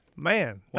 Man